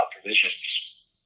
Provisions